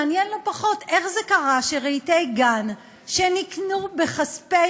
מעניין לא פחות איך זה קרה שרהיטי גן שנקנו בכספי